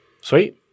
sweet